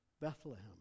Bethlehem